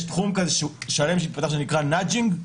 יש תחום שלם שהתפתח שנקרא "nudging",